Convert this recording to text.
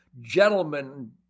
gentlemen